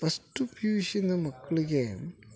first P U ಶಿಯಿಂದ ಮಕ್ಳಿಗೆ